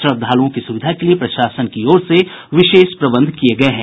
श्रद्धालुओं की सुविधा के लिए प्रशासन की ओर से विशेष प्रबंध किये गए हैं